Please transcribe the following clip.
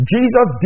Jesus